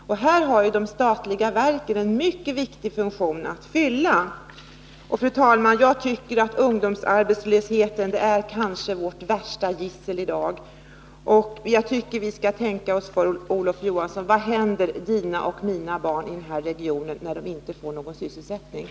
Här har de statliga verken en mycket viktig funktion att fylla. Fru talman! Ungdomsarbetslösheten är kanske vårt värsta i gissel i dag. Jag tycker att vi skall tänka oss för, Olof Johansson: Vad händer dina och mina barn i den här regionen, när de inte får något arbete?